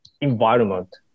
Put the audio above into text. environment